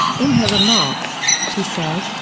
in her remarks, she said,